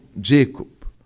Jacob